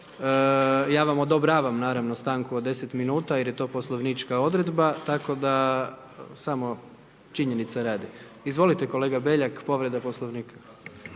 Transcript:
Ja vam odobravam naravno stanku od 10 min jer je to poslovnička odredba, tako da samo, činjenice radi. Izvolite, kolega Beljak, povreda Poslovnika.